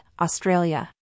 Australia